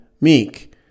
meek